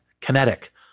kinetic